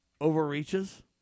Overreaches